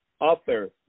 author